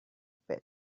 pit